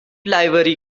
livery